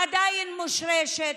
עדיין מושרשת,